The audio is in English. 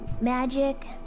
magic